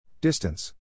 Distance